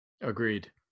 Agreed